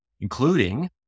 including